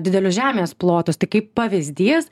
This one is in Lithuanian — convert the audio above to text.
didelius žemės plotus tai kaip pavyzdys